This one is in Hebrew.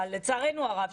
לצערנו הרב,